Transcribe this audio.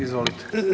Izvolite.